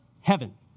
heaven